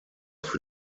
für